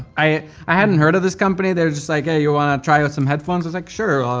i i haven't heard of this company, they were just like hey, you wanna try out some headphones? i was like sure,